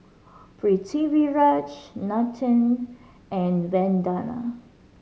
Pritiviraj Nathan and Vandana